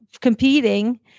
competing